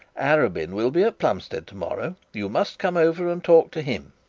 arabin will be at plumstead to-morrow you must come over and talk to him